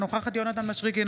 אינה נוכחת יונתן מישרקי,